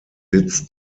sitz